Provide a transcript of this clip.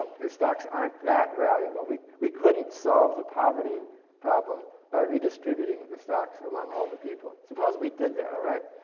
um because stocks aren't that valuable. we we couldn't solve the poverty problem by redistributing the stocks among all the people. suppose we did that right?